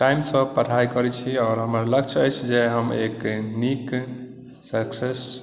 टाइमसँ पढ़ाइ करैत छी आओर हमर लक्ष्य अछि जे हम एक नीक सक्सेस